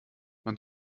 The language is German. man